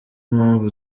mpamvu